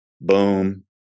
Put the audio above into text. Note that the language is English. boom